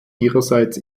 ihrerseits